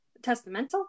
Testamental